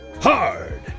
hard